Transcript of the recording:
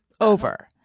over